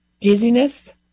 dizziness